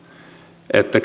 että